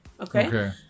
okay